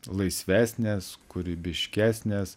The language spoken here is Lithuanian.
laisvesnės kūrybiškesnės